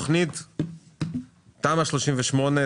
ועדת הבחירות וגם עם הגורמים הממונים עלי,